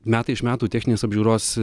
metai iš metų techninės apžiūros